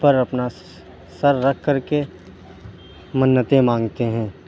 پر اپنا سر رکھ کر کے منتیں مانگتے ہیں